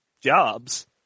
jobs